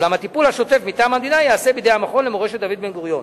אולם הטיפול השוטף מטעם המדינה ייעשה בידי המכון למורשת דוד בן-גוריון.